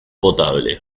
potable